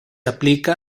aplica